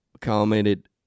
commented